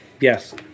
Yes